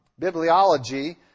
bibliology